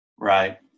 Right